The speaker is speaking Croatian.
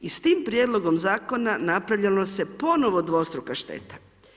I s tim prijedlogom zakona napravljalo se ponovo dvostruka šteta.